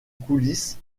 coulisses